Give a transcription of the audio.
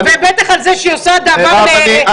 ובטח על זה שהיא עושה דבר נאצל,